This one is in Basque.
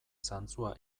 zantzua